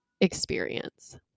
experience